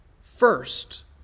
first